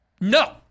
No